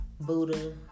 Buddha